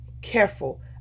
Careful